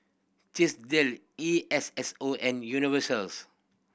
Chesdale E S S O and Universals